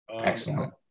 Excellent